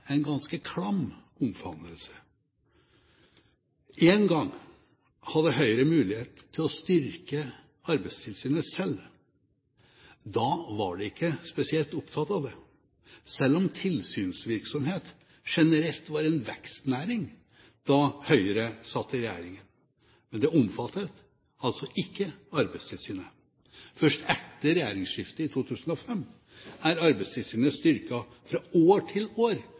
en ganske klam omfavnelse. En gang hadde Høyre mulighet til å styrke Arbeidstilsynet selv. Da var de ikke spesielt opptatt av det, selv om tilsynsvirksomhet generelt var en vekstnæring da Høyre satt i regjering. Men det omfattet altså ikke Arbeidstilsynet. Først etter regjeringsskiftet i 2005 er Arbeidstilsynet styrket fra år til år,